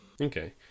Okay